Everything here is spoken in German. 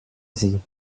sie